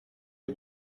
les